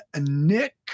Nick